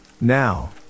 Now